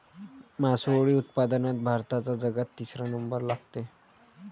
मासोळी उत्पादनात भारताचा जगात तिसरा नंबर लागते